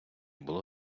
було